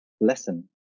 lesson